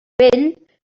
vell